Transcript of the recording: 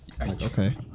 Okay